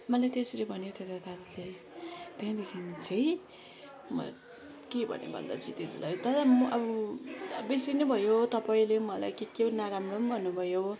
मलाई त्यसरी भन्यो त्यो दादाले त्यहाँदेखि चाहिँ के भन्यो भन्दा चाहिँ दादा म अब बेसी नै भयो तपाईँले मलाई के के नराम्रो नि भन्नुभयो